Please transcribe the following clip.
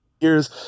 years